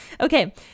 Okay